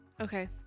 Okay